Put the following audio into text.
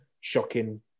shocking